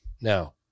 Now